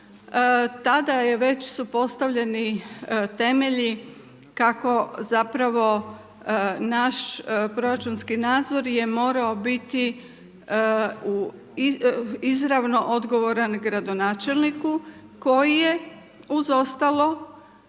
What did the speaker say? tada je već su postavljeni temelji kako zapravo naš proračunski nadzor je morao biti izravno odgovoran gradonačelniku koji je uz ostalo